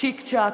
צ'יק-צ'ק,